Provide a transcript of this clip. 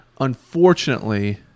unfortunately